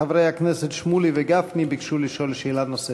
חברי הכנסת שמולי וגפני ביקשו לשאול שאלה נוספת.